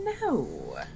no